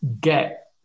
get